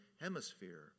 hemisphere